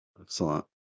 Excellent